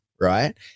right